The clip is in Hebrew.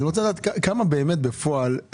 אני רוצה לדעת כמה באמת בפועל,